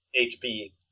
HP